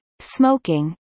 smoking